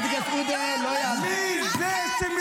חבר הכנסת עודה, לא --- לא, לא, לא, לא.